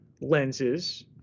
lenses